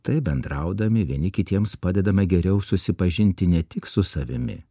taip bendraudami vieni kitiems padedame geriau susipažinti ne tik su savimi